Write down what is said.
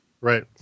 Right